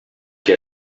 que